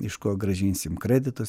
iš ko grąžinsim kreditus